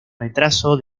retraso